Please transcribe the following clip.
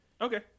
Okay